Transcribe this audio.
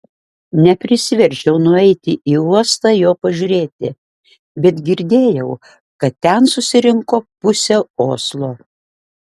neprisiverčiau nueiti į uostą jo pažiūrėti bet girdėjau kad ten susirinko pusė oslo